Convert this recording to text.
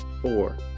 Four